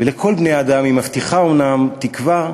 ולכל בני-האדם היא מבטיחה אומנם תקווה,